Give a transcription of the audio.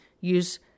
use